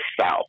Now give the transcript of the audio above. South